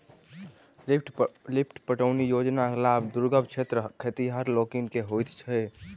lift पटौनी योजनाक लाभ दुर्गम क्षेत्रक खेतिहर लोकनि के होइत छै